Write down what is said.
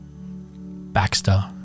Baxter